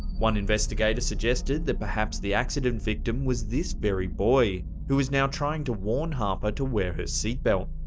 one investigator suggested that perhaps the accident victim was this very boy, who is now trying to warn harper to wear her seatbelt.